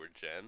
gen